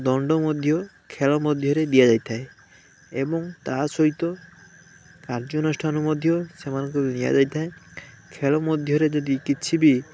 ଦଣ୍ଡ ମଧ୍ୟ ଖେଳ ମଧ୍ୟରେ ଦିଆଯାଇଥାଏ ଏବଂ ତାସହିତ କାର୍ଯ୍ୟନୁଷ୍ଠାନ ମଧ୍ୟ ସେମାନଙ୍କୁ ନିଆଯାଇଥାଏ ଖେଳମଧ୍ୟରେ ଯଦି କିଛି ବି